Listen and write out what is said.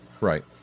Right